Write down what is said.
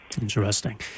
interesting